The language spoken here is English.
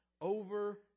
over